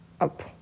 up